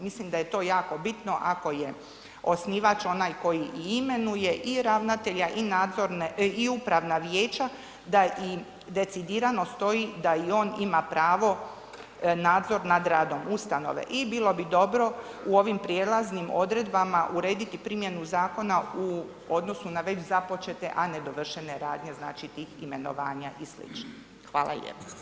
Mislim da je to jako bitno ako je osnivač onaj koji i imenuje i ravnatelja i upravna vijeća da i decidirano stoji da i on ima pravo nadzora nad radom ustanove i bilo bi dobro u ovim prijelaznim odredbama urediti primjenu zakona u odnosu na već započete a dovršene radnje znači tih imenovanja i slično, hvala lijepo.